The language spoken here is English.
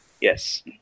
Yes